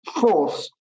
false